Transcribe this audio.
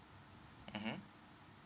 mmhmm